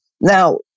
Now